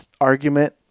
argument